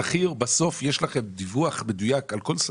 לגבי שכיר, בסוף יש לכם דיווח מדויק על כל שכיר,